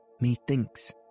Methinks